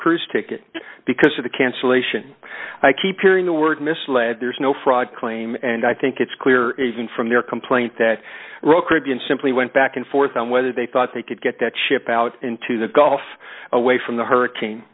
cruise ticket because of the cancellation i keep hearing the word misled there is no fraud claim and i think it's clear even from their complaint that royal caribbean simply went back and forth on whether they thought they could get that ship out into the gulf away from the hurricane